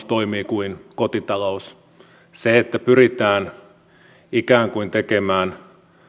toimii kuin kotitalous se että pyritään ikään kuin tekemään